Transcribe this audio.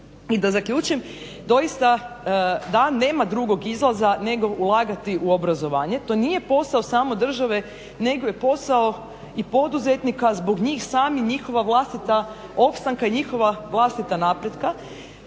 I da zaključim, doista da nema drugog izlaza nego ulagati u obrazovanje. To nije posao samo države nego je posao i poduzetnika, zbog njih samih, njihova vlastita opstanka i njihova vlastita napretka.